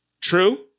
true